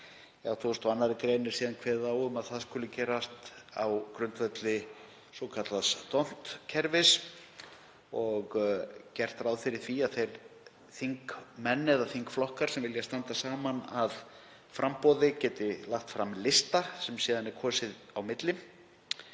til vara. Í 82. gr. er síðan kveðið á um að það skuli gerast á grundvelli svokallaðs d'Hondts-kerfis og gert ráð fyrir því að þeir þingmenn eða þingflokkar sem vilja standa saman að framboði geti lagt fram lista sem síðan er kosið á milli.